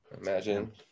imagine